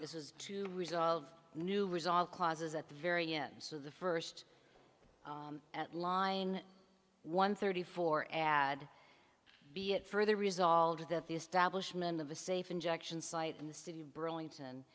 this is to resolve new resolve clauses at the very end so the first at line one thirty four ad be it further resolved that the establishment of a safe injection site in the city of burlington